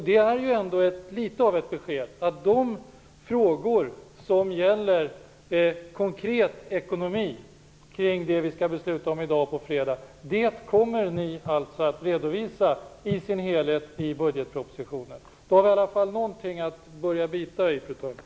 Det är ändå litet av ett besked att det som gäller konkret ekonomi kring de frågor som vi skall besluta om i morgon och på fredag kommer ni att redovisa i sin helhet i budgetpropositionen. Då har vi i alla fall någonting att börja bita i, fru talman.